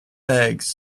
eggs